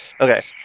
Okay